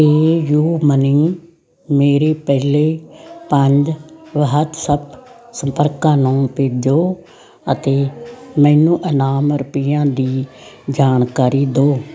ਪੇ U Money ਮੇਰੇ ਪਹਿਲੇ ਪੰਜ ਵਹਾਤਸੱਪ ਸੰਪਰਕਾਂ ਨੂੰ ਭੇਜੋ ਅਤੇ ਮੈਨੂੰ ਇਨਾਮ ਰੁਪਈਆਂ ਦੀ ਜਾਣਕਾਰੀ ਦੋ